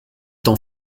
t’en